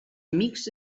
amics